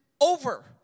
over